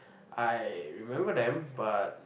I remember them but